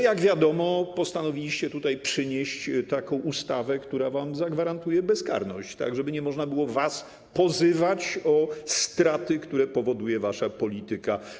Jak wiadomo, postanowiliście tutaj przynieść taką ustawę, która wam zagwarantuje bezkarność, tak żeby nie można było was pozywać o straty, które powoduje wasza polityka.